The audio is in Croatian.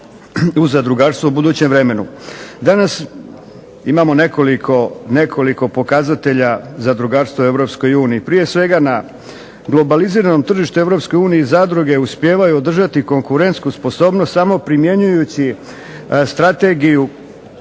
u zadrugarstvu u budućem vremenu. Danas imamo nekoliko pokazatelja zadrugarstva u Europskoj uniji. Prije svega na globaliziranom tržištu Europske unije zadruge uspijevaju održati konkurentnost sposobnost samo primjenjujući strategiju